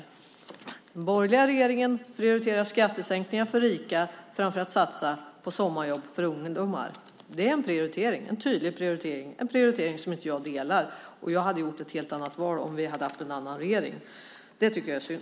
Den borgerliga regeringen prioriterar skattesänkningar för rika framför att satsa på sommarjobb för ungdomar. Det är en tydlig prioritering, en prioritering som jag inte delar. Jag hade gjort ett helt annat val om vi hade haft en annan regering. Det tycker jag är synd.